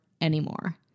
anymore